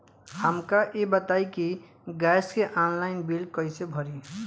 हमका ई बताई कि गैस के ऑनलाइन बिल कइसे भरी?